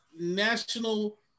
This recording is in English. national